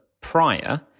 prior